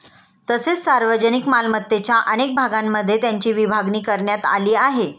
तसेच सार्वजनिक मालमत्तेच्या अनेक भागांमध्ये त्याची विभागणी करण्यात आली आहे